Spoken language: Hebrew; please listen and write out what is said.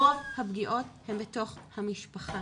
רוב הפגיעות הן בתוך המשפחה.